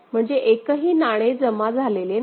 म्हणजे एकही नाणे जमा झालेले नाही